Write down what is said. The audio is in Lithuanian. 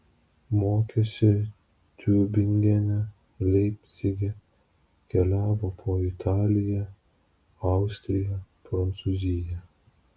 mokėsi tiubingene leipcige keliavo po italiją austriją prancūziją